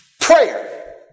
prayer